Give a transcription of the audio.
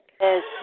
Yes